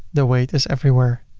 the weight is everywhere